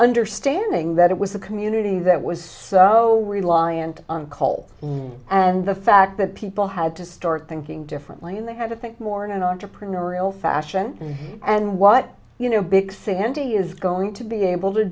understanding that it was a community that was so reliant on coal and the fact that people had to start thinking differently and they had to think more in an entrepreneurial fashion and what you know big thing andy is going to be able to